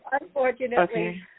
Unfortunately